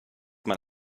man